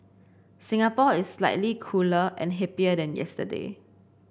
Singapore is slightly cooler and hipper than yesterday